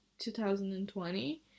2020